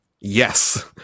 yes